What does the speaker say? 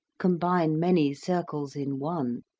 combine many circles in one,